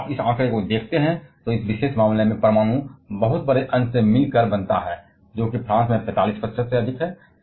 यदि आप यह आंकड़ा देखते हैं तो इस विशेष मामले में परमाणु में बहुत बड़ा अंश होता है जो कि फ्रांस में 45 प्रतिशत से अधिक है